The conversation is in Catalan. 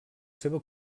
seva